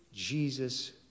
Jesus